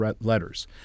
letters